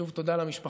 שוב, תודה למשפחה.